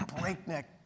breakneck